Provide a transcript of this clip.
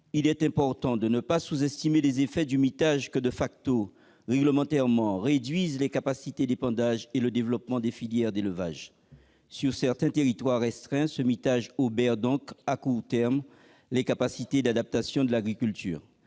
Il est important de ne pas sous-estimer les effets du mitage qui,, réglementairement, réduisent les capacités d'épandage et le développement des filières d'élevage. Sur certains territoires restreints, ce mitage obère donc à court terme les capacités d'adaptation de l'agriculture.